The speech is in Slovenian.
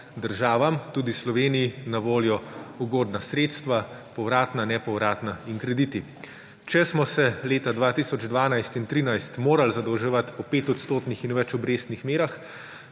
državam, tudi Sloveniji, na voljo ugodna sredstva, povratna, nepovratna in krediti. Če smo se leta 2012 in 2013 morali zadolževati po 5-odstotnih in več obrestnih merah,